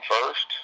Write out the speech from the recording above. first